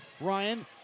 Ryan